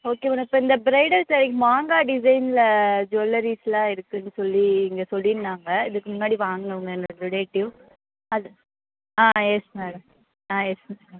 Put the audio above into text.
okay madam இப்போ இந்த bridal ஸாரீக்கு மாங்காய் டிசைனில் ஜுவல்லரீஸ்ஸெலாம் இருக்குதுன்னு சொல்லி இங்கே சொல்லியிருந்தாங்க இதுக்கு முன்னாடி வாங்கினவங்க என்னோடய ரிலேட்டிவ் அது ஆ எஸ் மேடம் ஆ எஸ் மேடம்